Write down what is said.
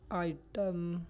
item